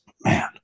man